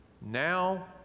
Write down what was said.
now